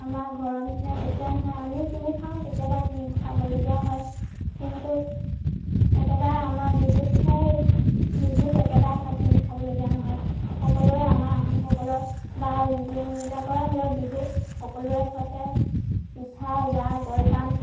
আমাৰ ঘৰৰ নিচিনা কেতিয়াও নহয় আমি কিনি খাওঁ কেতিয়াবা কিনি খাবলগীয়াও হয় কিন্তু একেবাৰে আমাৰ বিহুতহে বিহুত একেবাৰে কিনি খাবলগীয়া নহয় সকলোৰে আমাৰ আহোমসকলৰ বা যোনবিলাকৰে হ'লেও বিহুত সকলোৰে ঘৰতে পিঠা জা জলপান